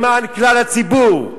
למען כלל הציבור.